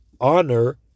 Honor